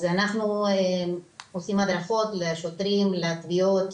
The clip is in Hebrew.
אז אנחנו עושים הדרכות לשוטרים, לתביעות,